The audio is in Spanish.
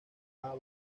habas